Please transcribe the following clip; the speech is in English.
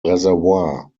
reservoir